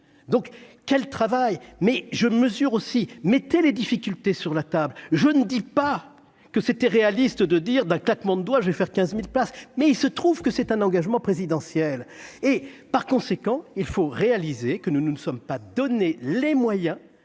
donc quel travail mais je mesure aussi mettait les difficultés sur la table, je ne dis pas que c'était réaliste de dire d'un quatre monde doit, je vais faire 15000 places mais il se trouve que c'est un engagement présidentiel et par conséquent il faut réaliser que nous nous ne sommes pas donné les moyens